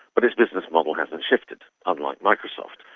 but its business model hasn't shifted, unlike microsoft.